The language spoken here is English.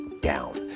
down